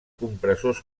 compressors